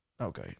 Okay